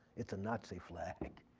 it's a nazi flag.